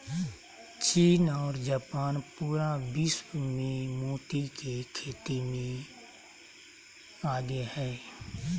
चीन आरो जापान पूरा विश्व मे मोती के खेती मे आगे हय